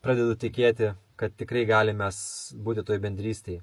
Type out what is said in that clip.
pradedu tikėti kad tikrai galim mes būti toj bendrystėj